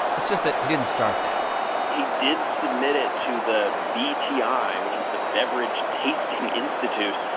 it's just that he didn't start there he did submit it to the bti, which is the beverage tasting institute.